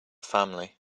family